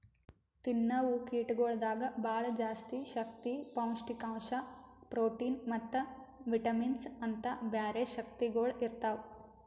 ತಿನ್ನವು ಕೀಟಗೊಳ್ದಾಗ್ ಭಾಳ ಜಾಸ್ತಿ ಶಕ್ತಿ, ಪೌಷ್ಠಿಕಾಂಶ, ಪ್ರೋಟಿನ್ ಮತ್ತ ವಿಟಮಿನ್ಸ್ ಅಂತ್ ಬ್ಯಾರೆ ಶಕ್ತಿಗೊಳ್ ಇರ್ತಾವ್